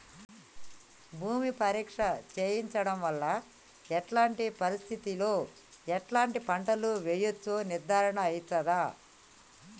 భూమి పరీక్ష చేయించడం వల్ల ఎలాంటి పరిస్థితిలో ఎలాంటి పంటలు వేయచ్చో నిర్ధారణ అయితదా?